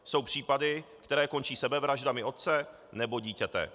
Jsou případy, které končí sebevraždami otce nebo dítěte.